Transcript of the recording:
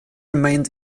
remained